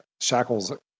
shackles